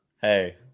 hey